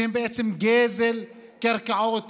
שהן בעצם גזל קרקעות,